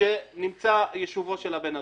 שבה נמצא יישובו של הבן אדם.